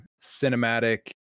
cinematic